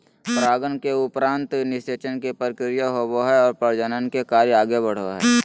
परागन के उपरान्त निषेचन के क्रिया होवो हइ और प्रजनन के कार्य आगे बढ़ो हइ